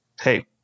hey